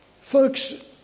Folks